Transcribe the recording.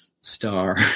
star